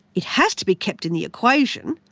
it has to be kept in the equation.